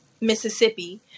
Mississippi